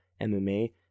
MMA